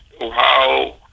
Ohio